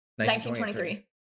1923